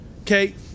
Okay